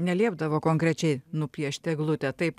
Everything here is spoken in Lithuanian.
neliepdavo konkrečiai nupiešti eglutę taip